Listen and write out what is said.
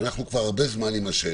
הרבה זמן כבר עם השאלות.